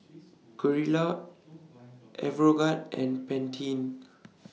Gilera Aeroguard and Pantene